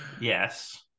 yes